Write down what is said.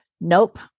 Nope